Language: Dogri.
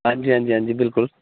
आं जी आं जी बिल्कुल